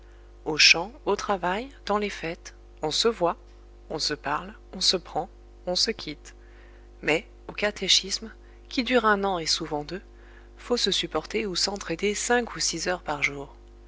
aux champs au travail dans les fêtes on se voit on se parle on se prend on se quitte mais au catéchisme qui dure un an et souvent deux faut se supporter ou s'entr'aider cinq ou six heures par jour